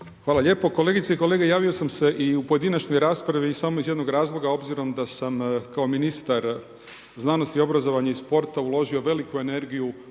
Hvala lijepo. Kolegice i kolege, javio sam se i u pojedinačnoj raspravi samo iz jednog razloga obzirom da sam kao ministar znanosti, obrazovanja i sporta uložio veliku energiju